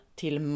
till